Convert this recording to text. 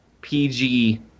PG